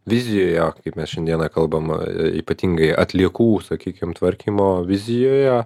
vizijoje kaip mes šiandieną kalbam ypatingai atliekų sakykim tvarkymo vizijoje